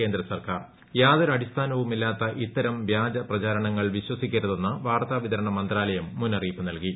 കേന്ദ്ര യാതൊരടിസ്ഥാനവുമില്ലാത്ത ഇത്തരം വ്യാജ പ്രചാരണങ്ങൾ വിശ്വസിക്കരുതെന്ന് വാർത്താ വിതരണ മന്ത്രാലയം മുന്നറിയിപ്പ് നൽകി